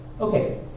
Okay